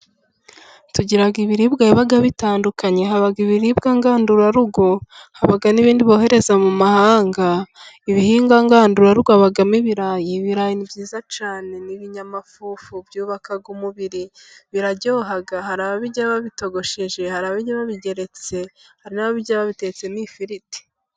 Tugira ibiribwa biba bitandukanye, haba ibiribwa ngandurarugo, haba n'ibindi bohereza mu mahanga, ibihingwa ngandurarugo habamo ibirayi, ibirayi ni byiza cyane ni ibinyamafufu byubaka umubiri biraryoha, hari ababirya babitogosheje, hari ababirya babigeretse, hari n'ababirya ba bitetse mo ifiriti.